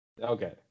Okay